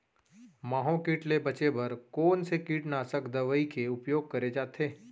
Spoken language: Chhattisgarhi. माहो किट ले बचे बर कोन से कीटनाशक दवई के उपयोग करे जाथे?